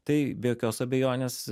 tai be jokios abejonės